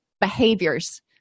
behaviors